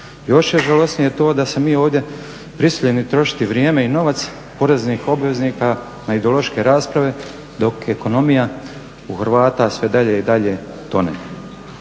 Još je žalosnije to da smo mi ovdje prisiljeni trošiti vrijeme i novac poreznih obveznika na ideološke rasprave dok ekonomija u Hrvata sve dalje i dalje tone.